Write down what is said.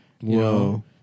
Whoa